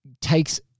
Takes